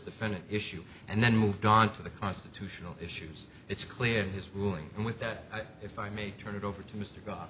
defendant issue and then moved on to the constitutional issues it's clear his ruling and with that if i may turn it over to